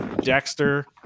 Dexter